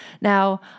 Now